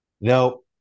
no